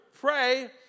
pray